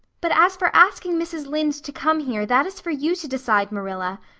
but as for asking mrs. lynde to come here, that is for you to decide, marilla.